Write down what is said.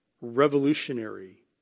revolutionary